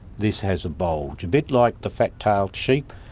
this has a bulge, a bit like the fat-tailed sheep.